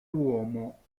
uomo